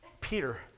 Peter